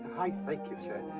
i thank you sir.